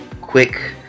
quick